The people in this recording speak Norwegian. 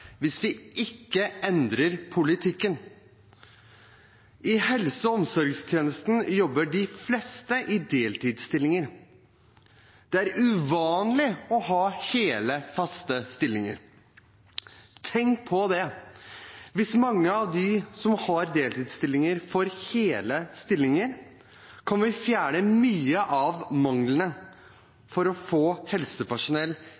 hvis vi ikke endrer politikken. I helse- og omsorgstjenesten jobber de fleste i deltidsstillinger. Det er uvanlig å ha hele, faste stillinger. Tenk på det! Hvis mange av dem som har deltidsstillinger, får hele stillinger, kan vi fjerne mye av